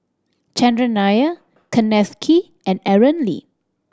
Chandran Nair Kenneth Kee and Aaron Lee